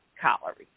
calories